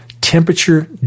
temperature